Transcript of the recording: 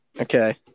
Okay